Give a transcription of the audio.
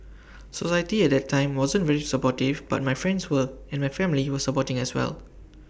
society at that time wasn't very supportive but my friends were and my family were supporting as well